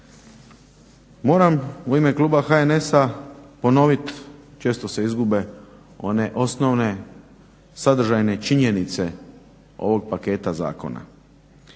Moramo u ime kluba HNS-a ponoviti, često se izgube one osnovne sadržajne činjenice ovog paketa zakona.